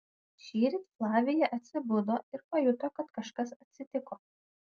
šįryt flavija atsibudo ir pajuto kad kažkas atsitiko